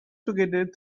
together